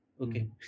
Okay